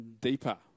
Deeper